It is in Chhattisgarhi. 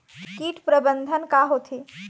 कीट प्रबंधन का होथे?